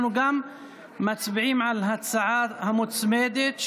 אנחנו מצביעים גם על ההצעה המוצמדת,